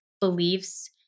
beliefs